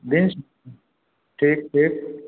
beans ठीक ठीक